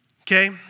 Okay